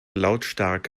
lautstark